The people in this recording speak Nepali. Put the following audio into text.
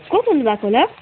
को बोल्नु भएको होला